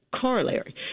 corollary